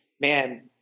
man